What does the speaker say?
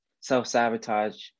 self-sabotage